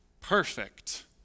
perfect